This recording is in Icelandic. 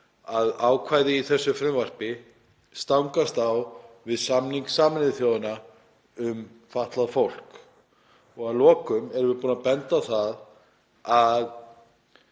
að ákvæði í þessu frumvarpi stangast á við samning Sameinuðu þjóðanna um fatlað fólk. Að lokum erum við búin að benda á það að